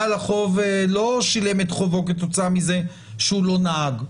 בעל החוב לא שילם את החוב שלו בזה שהוא לא נהג,